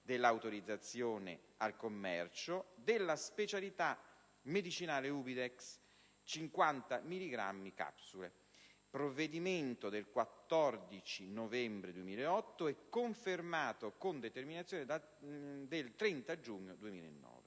dell'autorizzazione al commercio della specialità medicinale Ubidex-50 milligrammi capsule (provvedimento del 14 novembre 2008 confermato con determinazione del 30 giugno 2009).